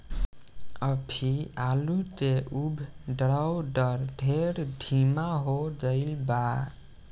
अभी आलू के उद्भव दर ढेर धीमा हो गईल बा